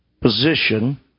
position